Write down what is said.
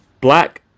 black